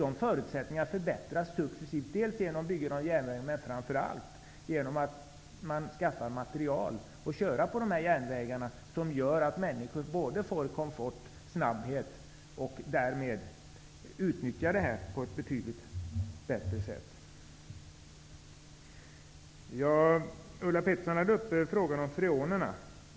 Dessa förutsättningar förbättras successivt, bl.a. genom byggen av järnvägar men framför allt genom att man skaffar material att köra på dessa järnvägar, vilket gör att människor får både komfort och snabbhet och därmed utnyttjar detta på ett betydligt bättre sätt. Ulla Pettersson talade om freonerna.